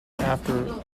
after